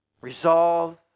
resolve